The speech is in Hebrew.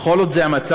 וכל עוד זה המצב,